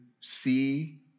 see